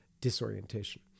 disorientation